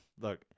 look